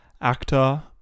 actor